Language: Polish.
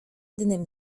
jednym